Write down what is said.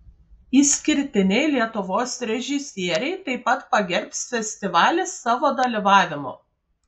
išskirtiniai lietuvos režisieriai taip pat pagerbs festivalį savo dalyvavimu